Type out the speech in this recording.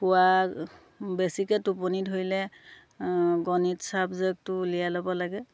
পুৱা বেছিকৈ টোপনি ধৰিলে গণিত ছাবজেক্টটো উলিয়াই ল'ব লাগে